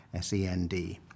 SEND